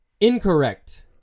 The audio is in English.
Incorrect